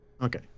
Okay